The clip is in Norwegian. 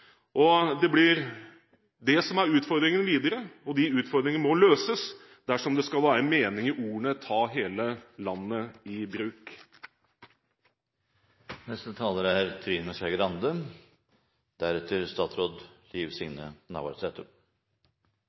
Det er det som blir utfordringene videre, og de utfordringene må løses dersom det skal være mening i ordene «ta hele landet i bruk». Når vi møter velferdsstaten, er